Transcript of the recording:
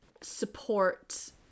support